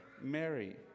Mary